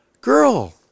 Girl